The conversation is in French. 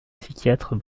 psychiatre